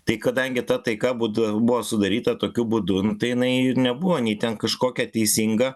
tai kadangi ta taika būdu buvo sudaryta tokiu būdu nu tai jinai nebuvo nei ten kažkokia teisinga